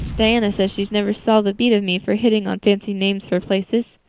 diana says she never saw the beat of me for hitting on fancy names for places.